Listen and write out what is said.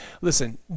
listen